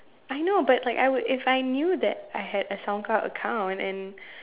I know but like I would if I knew that I had a Soundcloud account and